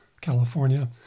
California